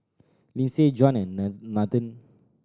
Lyndsay Juan and Nathen